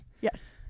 Yes